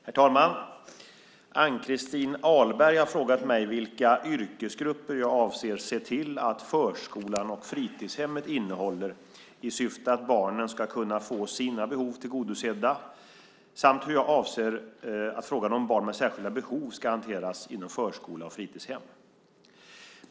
Herr talman! Ann-Christin Ahlberg har frågat mig vilka yrkesgrupper jag avser att se till att förskolan och fritidshemmet innehåller i syfte att barnen ska kunna få sina behov tillgodosedda samt hur jag avser att frågan om barn med särskilda behov ska hanteras inom förskola och fritidshem.